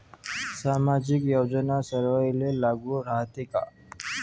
सामाजिक योजना सर्वाईले लागू रायते काय?